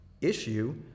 issue